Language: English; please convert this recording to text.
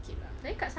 okay lah